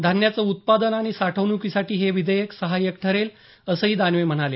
धान्याचं उत्पादन आणि साठवण्कीसाठी हे विधेयक सहायक ठरेल असंही दानवे म्हणाले